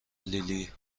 لیلی